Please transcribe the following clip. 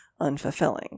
unfulfilling